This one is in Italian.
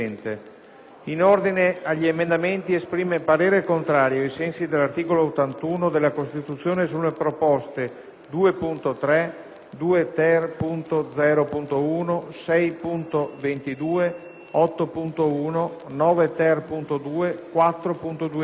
In ordine agli emendamenti esprime parere contrario, ai sensi dell'articolo 81 della Costituzione, sulle proposte 2.3, 2-*ter*.0.1, 6.22, 8.1, 9-*ter*.2, 4.200.